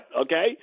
okay